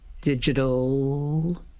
Digital